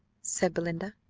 said belinda.